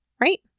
Right